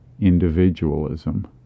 individualism